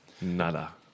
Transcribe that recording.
Nada